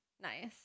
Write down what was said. nice